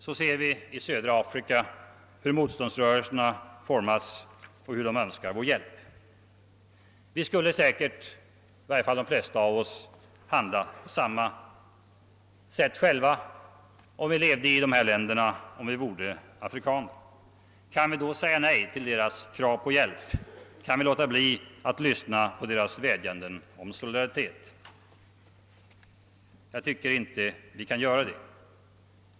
Så ser vi i södra Afrika hur motståndsrörelserna formas och hör hur de önskar vår hjälp. Vi skulle säkerligen själva — åtminstone de flesta av oss — ha handlat på samma sätt om vi vore afrikaner och. levde i dessa länder. Kan vi då säga nej till deras krav på hjälp? Kan vi låta bli att lyssna på vädjandena om solidaritet? Jag tycker inte att vi kan göra det.